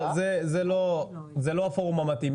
זה לא הפורום המתאים.